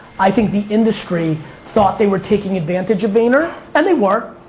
i think the industry thought they were taking advantage of vayner, and they were,